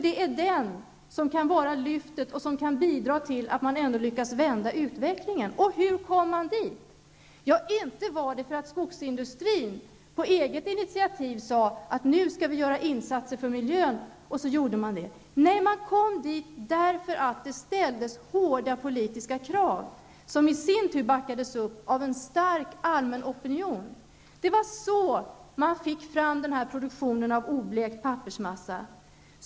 Det är den som kan vara lyftet och som kan bidra till att man ändå lyckas vända utvecklingen. Hur kom man dit? Ja, inte var det för att skogsindustrin på eget initiativ sade att man nu skall göra insatser för miljön och sedan genomförde det. Nej, det ställdes hårda politiska krav, som i sin tur backades upp av en stark allmän opinion. Det var så man fick fram produktionen av oblekt pappersmassa.